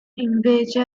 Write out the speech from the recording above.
invece